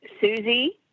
susie